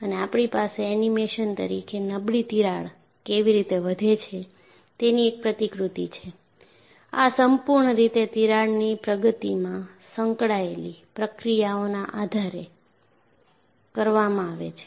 અને આપણી પાસે એનિમેશન તરીકે નબળી તિરાડ કેવી રીતે વધે છે તેની એક પ્રતિકૃતિ છે આ સંપૂર્ણ રીતે તિરાડની પ્રગતિમાં સંકળાયેલી પ્રક્રિયાઓના આધારે કરવામાં આવે છે